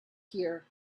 here